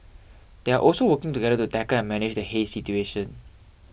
they are also working together to tackle and manage the haze situation